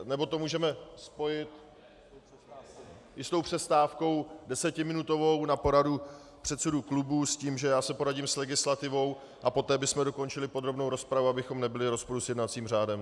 Nebo to můžeme spojit i s tou přestávkou desetiminutovou na poradu předsedů klubů s tím, že se poradím s legislativou, a poté bychom dokončili podrobnou rozpravu, abychom nebyli v rozporu s jednacím řádem.